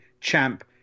champ